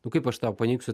nu kaip aš tau paniegsiu